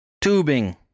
Tubing